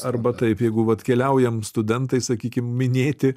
arba taip jeigu vat keliaujam studentai sakykim minėti